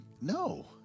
No